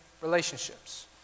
relationships